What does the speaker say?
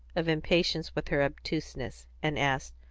of impatience with her obtuseness, and asked,